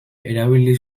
erabili